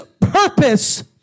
purpose